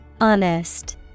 Honest